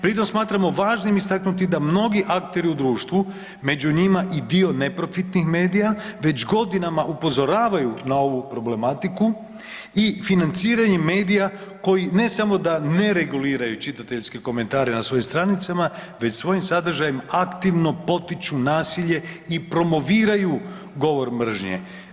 Pri tom smatramo važnim istaknuti da mnogi akteri u društvu, među njima i dio neprofitnih medija već godinama upozoravaju na ovu problematiku i financiranjem medija koji ne samo da ne reguliraju čitateljske komentare na svojim stranicama već svojim sadržajem aktivno potiču nasilje i promoviraju govor mržnje.